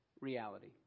reality